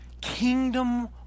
kingdom